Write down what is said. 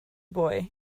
boy